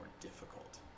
difficult